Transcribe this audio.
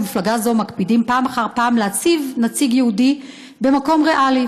במפלגה זו מקפידים פעם אחר פעם להציב נציג יהודי במקום ריאלי,